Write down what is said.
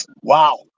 Wow